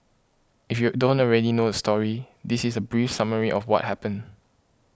if you're don't already know the story this is a brief summary of what happened